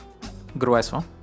Grueso